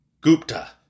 Gupta